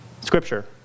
scripture